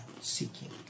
seeking